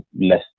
less